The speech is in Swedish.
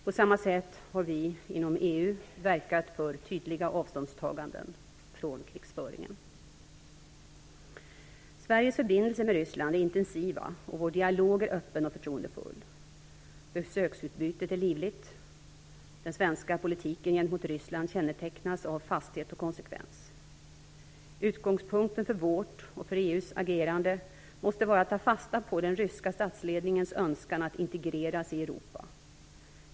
På samma sätt har vi inom EU verkat för tydliga avståndstaganden från krigföringen. Sveriges förbindelser med Ryssland är intensiva, och vår dialog är öppen och förtroendefull. Besöksutbytet är livligt. Den svenska politiken gentemot Ryssland kännetecknas av fasthet och konsekvens. Utgångspunkten för vårt och EU:s agerande måste vara att ta fasta på den ryska statsledningens önskan att integreras i Europa.